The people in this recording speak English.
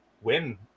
win